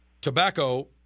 tobacco